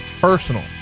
personal